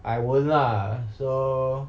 I won't lah so